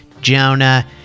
Jonah